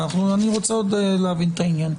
אני רוצה עוד להבין את העניין.